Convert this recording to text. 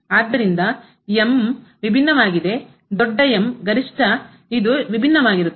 ಆದ್ದರಿಂದ ವಿಭಿನ್ನವಾಗಿದೆ ದೊಡ್ಡ ಗರಿಷ್ಠ ಇದು ವಿಭಿನ್ನವಾಗಿರುತ್ತದೆ